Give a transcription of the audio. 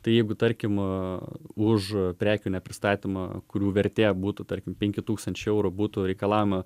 tai jeigu tarkim už prekių nepristatymą kurių vertė būtų tarkim penki tūkstančiai eurų būtų reikalaujama